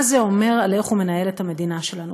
מה זה אומר על איך שהוא מנהל את המדינה שלנו?